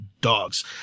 dogs